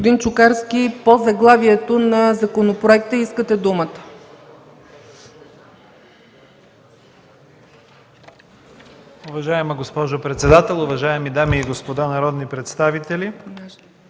Уважаема госпожо председател, уважаеми дами и господа народни представители!